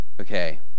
Okay